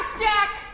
jack!